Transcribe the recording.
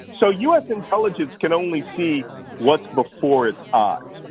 so u. s. intelligence can only see what's before its eyes.